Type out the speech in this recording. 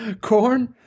Corn